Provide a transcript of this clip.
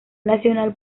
nacional